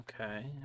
Okay